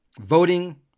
voting